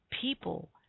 people